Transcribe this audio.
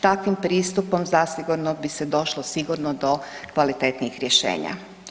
Takvim pristupom zasigurno bi se došlo sigurno do kvalitetnijih rješenja.